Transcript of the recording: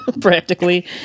practically